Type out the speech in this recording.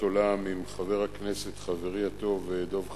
עולם עם חבר הכנסת חברי הטוב דב חנין,